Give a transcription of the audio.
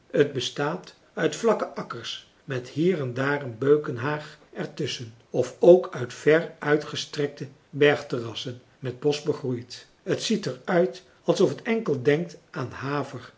het bestaat uit vlakke akkers met hier en daar een beukenhaag er tusschen of ook uit ver uitgestrekte bergterrassen met bosch begroeid t ziet er uit alsof t enkel denkt aan haver